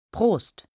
Prost